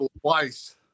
twice